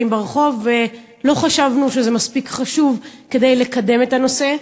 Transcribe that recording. ברחוב ולא חשבנו שזה מספיק חשוב כדי לקדם את הנושא.